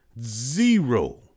zero